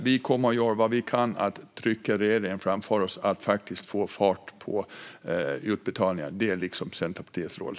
Vi kommer att göra allt vad vi kan för att trycka regeringen framför oss så att det blir fart på utbetalningarna. Detta är Centerpartiets roll.